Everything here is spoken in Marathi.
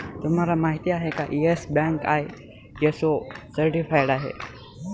तुम्हाला माहिती आहे का, येस बँक आय.एस.ओ सर्टिफाइड आहे